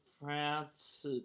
France